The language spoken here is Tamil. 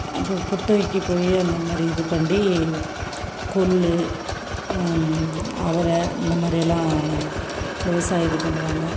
அப்போ குத்தகைக்கு போய் அந்த மாதிரி இது பண்டி கொள்ளு அவரை இந்த மாதிரி எல்லாம் விவாசாயம் இது பண்ணுறாங்க